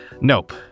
Nope